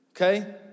Okay